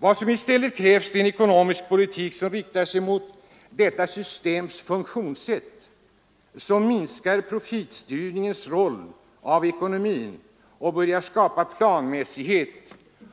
Vad som i stället krävs är en ekonomisk politik som riktar sig mot detta systems funktionssätt — som minskar profitstyrningens roll av ekonomin och börjar skapa planmässighet